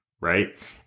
right